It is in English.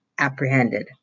apprehended